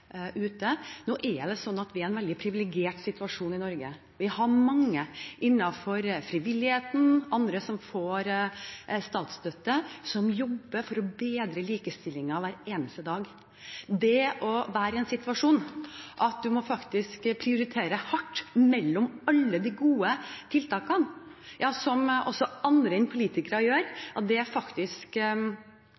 ute. Vi er i en veldig privilegert situasjon i Norge, for vi har mange innenfor frivilligheten, og andre, som får statsstøtte, som hver eneste dag jobber for å bedre likestillingen. Det å være i en situasjon der en må prioritere hardt mellom alle de gode tiltakene – som også andre enn politikerne gjør – er faktisk et gode. Men det betyr ikke at likestillingssentrene ikke gjør